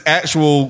actual